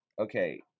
Okay